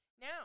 Now